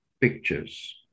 pictures